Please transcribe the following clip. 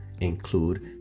include